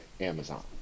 Amazon